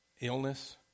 Illness